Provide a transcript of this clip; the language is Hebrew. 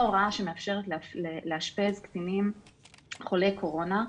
הוראה שמאפשרת לאשפז קטינים חולי קורונה,